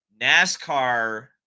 NASCAR